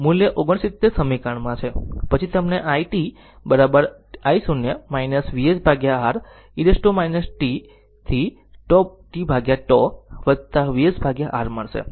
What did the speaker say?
આ મૂલ્ય 69 સમીકરણમાં છે પછી તમને i t i0 VsR e t t up tτ VsR મળશે